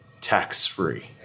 tax-free